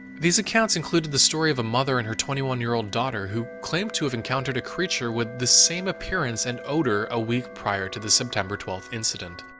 these accounts included the story of a mother and her twenty one year old daughter, who claimed to have encountered a creature with the same appearance and odor a week prior to the september twelve incident.